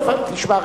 תשמע,